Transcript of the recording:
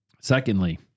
Secondly